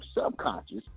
subconscious